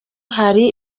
hari